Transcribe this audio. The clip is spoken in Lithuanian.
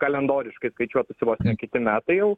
kalendoriškai skaičiuotųs kiti metai jau